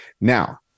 now